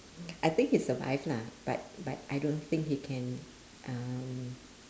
I think he survived lah but but I don't think he can um